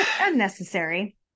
unnecessary